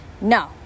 no